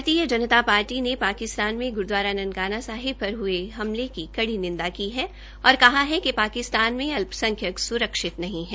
भारतीय जनता पार्टी ने पाकिस्तान में गुरूद्वारा ननकाना साहिब पर हुए हमले की कड़ी निंदा की है और कहा है कि पाकिस्तान में अल्प संख्यक सुरक्षित नहीं है